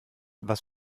was